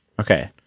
Okay